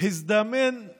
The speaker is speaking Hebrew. הזדמן לי